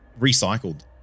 recycled